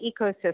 ecosystem